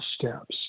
steps